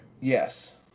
yes